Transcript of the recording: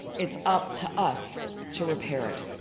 it's up to us to repair it.